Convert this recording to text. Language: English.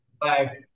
Bye